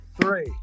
Three